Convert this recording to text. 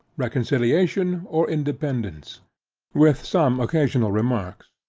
reconciliation or independance with some occasional remarks.